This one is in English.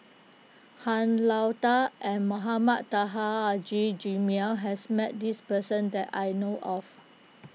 Han Lao Da and Mohamed Taha Haji Jamil has met this person that I know of